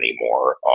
anymore